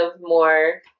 more